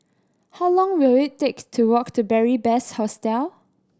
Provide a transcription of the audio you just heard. how long will it take to walk to Beary Best Hostel